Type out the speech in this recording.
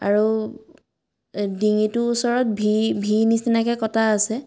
আৰু ডিঙিটোৰ ওচৰত ভি ভি নিচিনাকৈ কটা আছে